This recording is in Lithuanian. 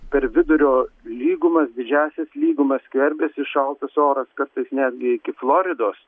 per vidurio lygumas didžiąsias lygumas skverbiasi šaltas oras kartais netgi iki floridos